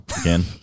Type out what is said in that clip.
Again